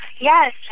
Yes